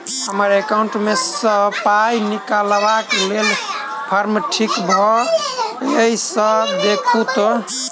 हम्मर एकाउंट मे सऽ पाई निकालबाक लेल फार्म ठीक भरल येई सँ देखू तऽ?